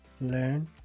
learn